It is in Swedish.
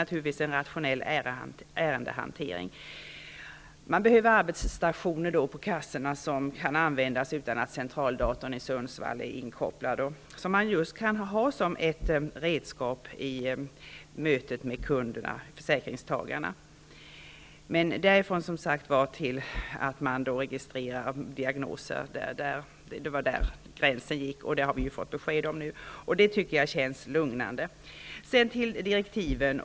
Naturligtvis behövs det en rationell ärendehantering. Vidare behövs det arbetsstationer på kassorna som kan användas utan att centraldatorn i Sundsvall är inkopplad. Dessa arbetsstationer kan användas som ett redskap vid mötet med kunderna, försäkringstagarna. Men gränsen går vid detta med registrering av diagnoser. På den punkten har vi nu fått besked som känns lugnande. Sedan något om direktiven.